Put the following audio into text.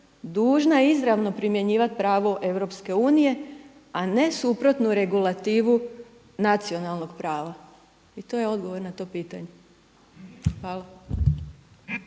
dužna izravno primjenjivati pravo EU, a ne suprotnu regulativu nacionalnog prava. I to je odgovor na to pitanje. Hvala.